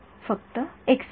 फक्त १ सेकंद